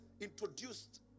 introduced